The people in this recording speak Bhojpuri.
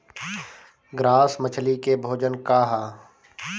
ग्रास मछली के भोजन का ह?